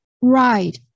right